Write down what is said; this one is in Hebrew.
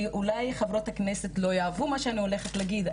כי אולי חברות הכנסת לא יאהבו מה שאני הולכת להגיד,